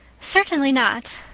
certainly not,